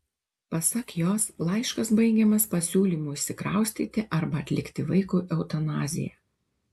pasak jos laiškas baigiamas pasiūlymu išsikraustyti arba atlikti vaikui eutanaziją